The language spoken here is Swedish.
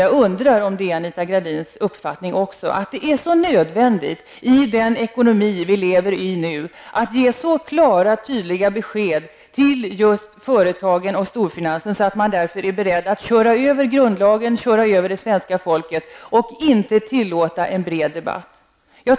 Jag undrar om det också är Anita Gradins uppfattning att det, i den ekonomi vi nu lever i, är så nödvändigt att ge klara och tydliga besked till just företagen och storfinansen att man därmed är beredd att köra över grundlagen och köra över det svenska folket och inte tillåta en bred debatt.